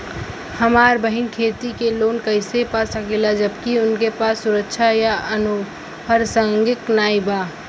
हमार बहिन खेती के लोन कईसे पा सकेली जबकि उनके पास सुरक्षा या अनुपरसांगिक नाई बा?